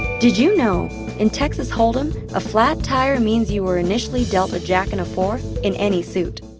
did you know in texas hold em, a flat tire means you were initially dealt a jack and a four in any suit.